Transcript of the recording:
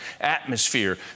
atmosphere